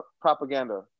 propaganda